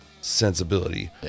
sensibility